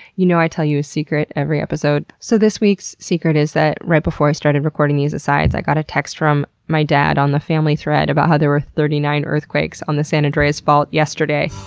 you know i tell you a secret every episode. so, this week's secret is that right before i started recording these asides i got a text from my dad on the family thread about how there were thirty nine earthquakes on the san andreas fault yesterday.